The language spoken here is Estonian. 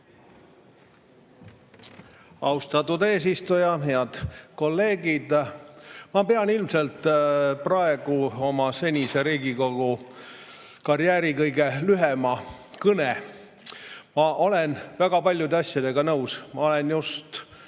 Austatud eesistuja! Head kolleegid! Ma pean praegu ilmselt oma senise Riigikogu karjääri kõige lühema kõne. Ma olen väga paljude asjadega nõus. Ma olen just